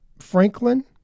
franklin